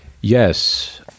yes